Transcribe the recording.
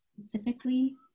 specifically